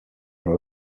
from